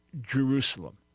Jerusalem